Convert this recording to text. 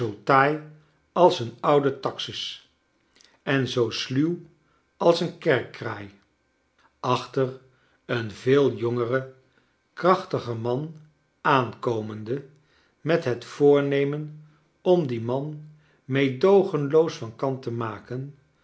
taai als een oude taxus en zoo sluw als een kerkkraai achter een veel jongeren krachtiger man aankomende met het voornemen om dien man meedoogenloos van kant te maken